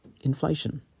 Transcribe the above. Inflation